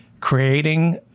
creating